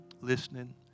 listening